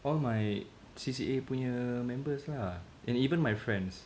all my C_C_A punya members lah and even my friends